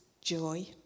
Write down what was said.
joy